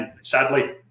sadly